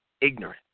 ignorant